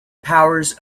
powers